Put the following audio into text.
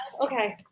okay